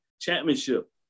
championship